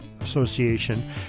Association